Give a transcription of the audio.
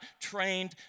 trained